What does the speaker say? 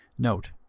note